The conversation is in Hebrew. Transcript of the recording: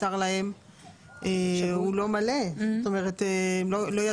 זאת אומרת לא ידעו באמת על קיומו של הפיקדון ועל האפשרות למשוך ממנו.